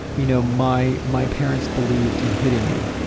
you know, my my parents believed in hitting you,